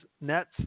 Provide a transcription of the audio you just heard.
nets